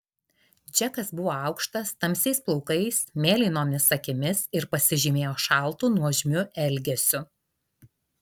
džekas buvo aukštas tamsiais plaukais mėlynomis akimis ir pasižymėjo šaltu nuožmiu elgesiu